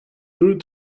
through